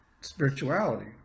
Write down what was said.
spirituality